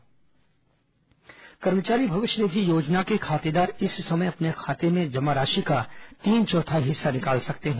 श्रम ईपीएफ योजना कर्मचारी भविष्य निधि योजना के खातेदार इस समय अपने खाते में जमा राशि का तीन चौथाई हिस्सा निकाल सकते हैं